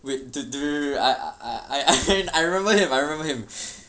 wait I I I remember I remember him I remember him